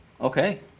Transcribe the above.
Okay